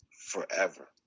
forever